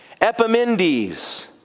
Epimendes